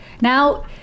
now